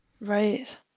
right